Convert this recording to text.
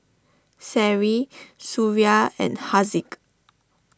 Seri Suria and Haziq